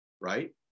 right